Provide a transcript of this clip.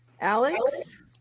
Alex